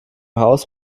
haus